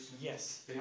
Yes